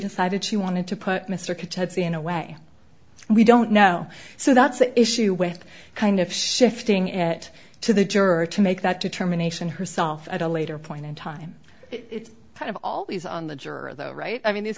decided she wanted to put mr kotecki in a way we don't know so that's an issue with kind of shifting it to the juror to make that determination herself at a later point in time it's kind of always on the juror though right i mean these